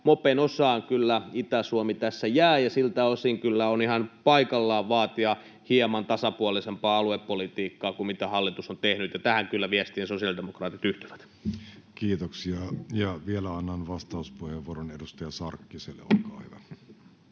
mopen osaan Itä-Suomi tässä jää, ja siltä osin on kyllä ihan paikallaan vaatia hieman tasapuolisempaa aluepolitiikkaa kuin mitä hallitus on tehnyt, ja tähän viestiin kyllä sosiaalidemokraatit yhtyvät. Kiitoksia. — Vielä annan vastauspuheenvuoron edustaja Sarkkiselle. — Olkaa hyvä.